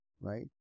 right